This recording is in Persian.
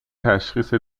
تشخیص